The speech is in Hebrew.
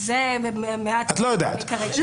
את לא יודעת.